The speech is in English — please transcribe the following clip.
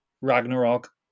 Ragnarok